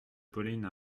pauline